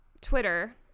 Twitter